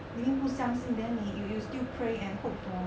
明明不相信 then 你 you you still pray and hope for